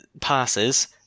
passes